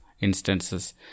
instances